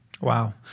Wow